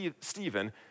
Stephen